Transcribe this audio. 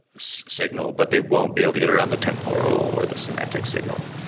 signal, but they won't be able to get around the temporal, or the semantic signal.